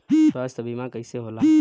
स्वास्थ्य बीमा कईसे होला?